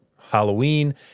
Halloween